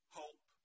hope